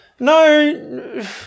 No